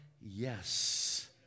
yes